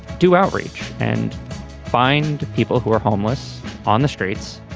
do outreach and find people who are homeless on the streets.